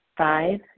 Five